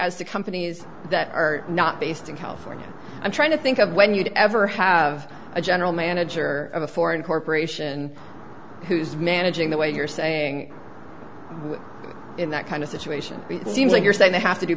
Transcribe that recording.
as to companies that are not based in california i'm trying to think of when you'd ever have a general manager of a foreign corporation who's managing the way you're saying in that kind of situation seems like you're saying they have to do